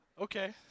Okay